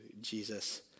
Jesus